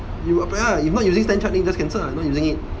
you apply lah you're not using stan chart then you just cancel lah you not using it